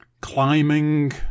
climbing